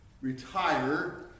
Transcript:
retire